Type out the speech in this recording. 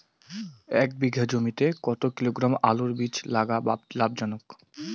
এক বিঘা জমিতে কতো কিলোগ্রাম আলুর বীজ লাগা লাভজনক?